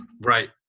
Right